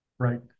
Right